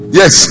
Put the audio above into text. yes